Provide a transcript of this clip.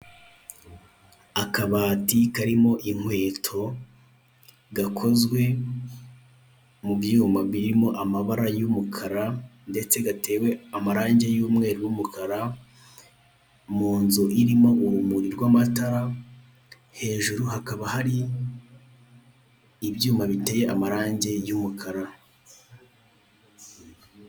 Akabati karimo inkweto, gakozwe mubyuma birimo amabara y'umukara ndetse gatewe amarange y'umweru n'umukara, munzu irimo urumuri rw'amatara hejuru hakaba hari ibyuma biteye amarange y'umukara.